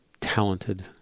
talented